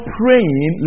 praying